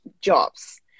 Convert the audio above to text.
jobs